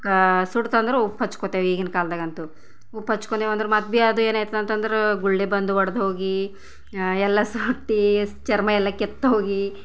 ಸುಡ್ತು ಅಂದ್ರೆ ಉಪ್ಪು ಹಚ್ಕೊತೇವು ಈಗಿನ ಕಾಲದಾಗಂತು ಉಪ್ಪು ಹಚ್ಕೊಂಡೆವು ಅಂದ್ರೆ ಮತ್ತು ಭೀ ಅದು ಏನಾಯ್ತದೆ ಅಂತಂದ್ರೆ ಗುಳ್ಳೆ ಬಂದು ಒಡ್ದು ಹೋಗಿ ಎಲ್ಲ ಸುಟ್ಟು ಚರ್ಮ ಎಲ್ಲ ಕೆತ್ತಿ ಹೋಗಿ